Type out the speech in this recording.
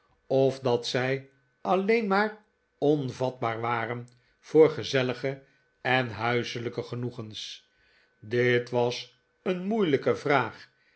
of dat zij alleen maar onvatbaar waren voor gezellige en huiselijke genoegens dit was een moeilijke vraag